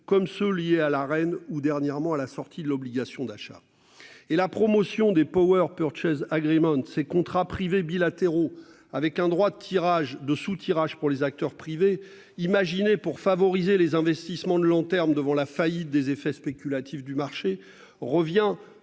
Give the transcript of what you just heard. comme ceux liés à la reine ou dernièrement à la sortie de l'obligation d'achat et la promotion des power purchase agrément de ces contrats privés bilatéraux avec un droit de tirage de soutirage pour les acteurs privés. Imaginez pour favoriser les investissements de long terme devant la faillite des effets spéculatifs du marché revient